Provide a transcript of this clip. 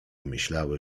myślały